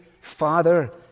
Father